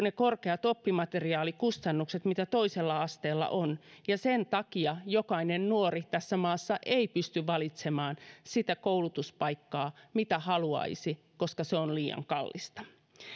ne korkeat oppimateriaalikustannukset mitä toisella asteella on ja sen takia jokainen nuori tässä maassa ei pysty valitsemaan sitä koulutuspaikkaa mitä haluaisi koska se on liian kallista